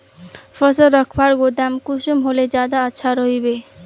फसल रखवार गोदाम कुंसम होले ज्यादा अच्छा रहिबे?